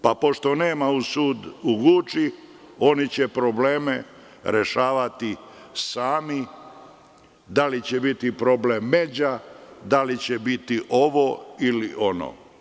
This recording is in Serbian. Pošto nemaju sud u Guči, oni će probleme rešavati sami, da li bio problem međa, da li ovo ili ono.